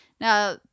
Now